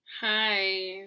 Hi